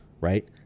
right